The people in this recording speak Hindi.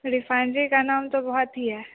रिफ़ाइनरी का नाम तो बहुत ही है